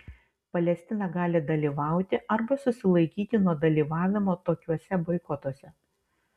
palestina gali dalyvauti arba susilaikyti nuo dalyvavimo tokiuose boikotuose